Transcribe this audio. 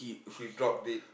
he drop dead